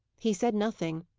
he said nothing.